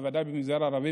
בוודאי במגזר הערבי,